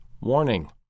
Warning